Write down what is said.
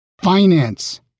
finance